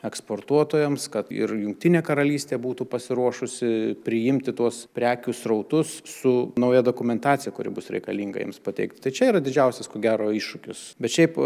eksportuotojams kad ir jungtinė karalystė būtų pasiruošusi priimti tuos prekių srautus su nauja dokumentacija kuri bus reikalinga jiems pateikt tai čia yra didžiausias ko gero iššūkis bet šiaip